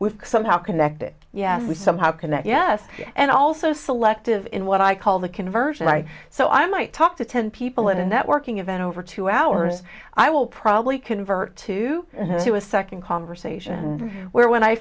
we've somehow connected yes we somehow connect yes and also selective in what i call the conversion i so i might talk to ten people at a networking event over two hours i will probably convert to do a second conversation where when i